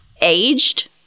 aged